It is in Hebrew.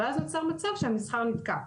ואז נוצר מצב שהמסחר נתקע.